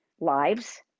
lives